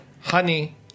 Honey